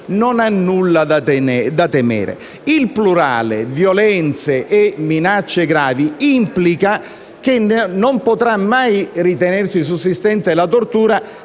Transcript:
non ha nulla da temere. La locuzione al plurale «violenze e minacce gravi» implica che non potrà mai ritenersi sussistente la tortura